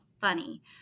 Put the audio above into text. Funny